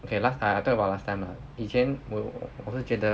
okay last time I talk about last time lah 以前我我是觉得